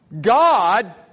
God